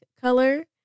color